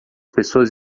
pessoas